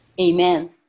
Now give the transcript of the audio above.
Amen